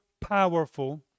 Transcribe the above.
powerful